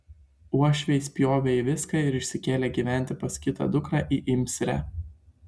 uošviai spjovė į viską ir išsikėlė gyventi pas kitą dukrą į imsrę